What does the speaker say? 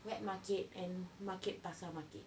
wet market and market pasar market